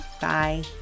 Bye